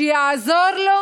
שיעזור לו